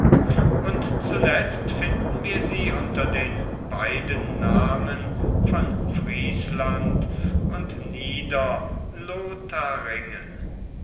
und zuletzt finden wir sie unter den beiden namen von friesland und